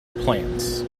plants